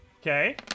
Okay